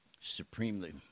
supremely